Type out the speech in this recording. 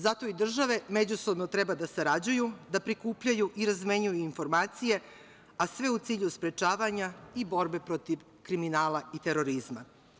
Zato i države međusobno treba da sarađuju, da prikupljaju i razmenjuju informacije, a sve u cilju sprečavanja i borbe protiv kriminala i terorizma.